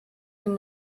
dem